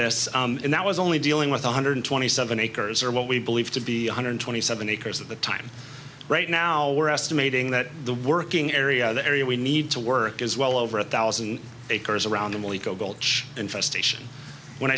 this and that was only dealing with one hundred twenty seven acres or what we believe to be one hundred twenty seven acres at the time right now we're estimating that the working area the area we need to work is well over a thousand acres around him a legal infestation when